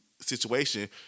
situation